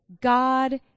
God